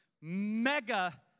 mega